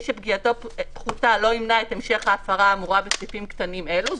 שפגיעתו פחותה לא ימנע את המשך ההפרה האמורה בסעיפים קטנים אלה,",